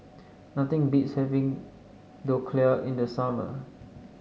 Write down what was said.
nothing beats having Dhokla in the summer